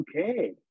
okay